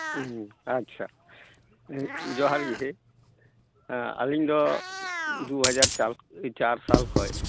ᱟᱪᱪᱷᱟ ᱡᱚᱦᱟᱨ ᱜᱤ ᱦᱮᱸ ᱟᱹᱞᱤᱧᱫᱚ ᱫᱩ ᱦᱟᱡᱟᱨ ᱪᱟᱨ ᱥᱟᱞ ᱠᱷᱚᱡ